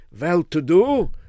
well-to-do